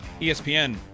ESPN